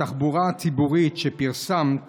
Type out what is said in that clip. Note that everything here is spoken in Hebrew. התחבורה הציבורית שפרסמת